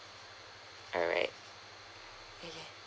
alright okay